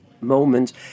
moment